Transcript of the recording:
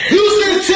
Houston